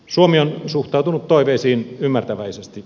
suomi on suhtautunut toiveisiin ymmärtäväisesti